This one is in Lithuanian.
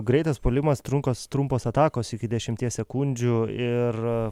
greitas puolimas trunkos trumpos atakos iki dešimties sekundžių ir